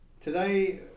Today